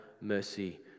mercy